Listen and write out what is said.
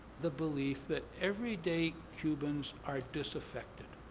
the belief that everyday cubans are disaffected.